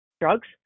drugs